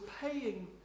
paying